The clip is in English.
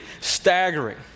staggering